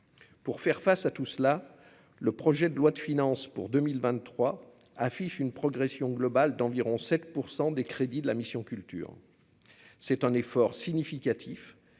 pour faire face à tout cela, le projet de loi de finances pour 2023 affichent une progression globale d'environ 7 % des crédits de la mission culture c'est un effort significatif